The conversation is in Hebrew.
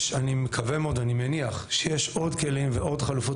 אני מקווה מאוד ואני מניח שיש עוד כלים ועוד חלופות,